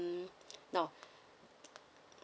now